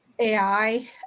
AI